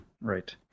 right